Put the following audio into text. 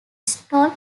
stole